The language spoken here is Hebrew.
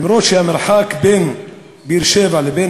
אף-על-פי שהמרחק בין באר-שבע לבין